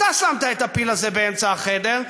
אתה שמת את הפיל הזה באמצע החדר,